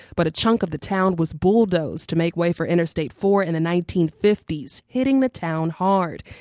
but a chunk of the town was bulldozed to make way for interstate four, in the nineteen fifty s, hitting the town hard.